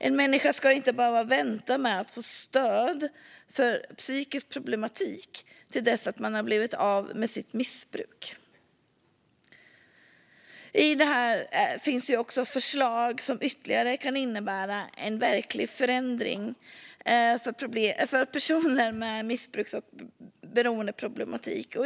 En människa ska inte behöva vänta med att få stöd för psykisk problematik till dess att man blivit av med sitt missbruk. Det finns också förslag som ytterligare kan innebära en verklig förändring för personer med missbruks och beroendeproblematik.